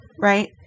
right